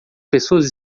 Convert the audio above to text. pessoas